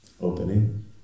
opening